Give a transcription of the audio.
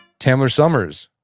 tamler sommers,